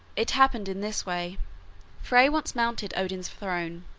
it happened in this way frey once mounted odin's throne,